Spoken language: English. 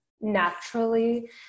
naturally